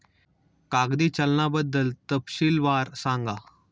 कागदी चलनाबद्दल तपशीलवार सांगा